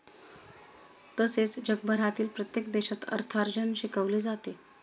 तसेच जगभरातील प्रत्येक देशात अर्थार्जन शिकवले जाते